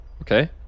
Okay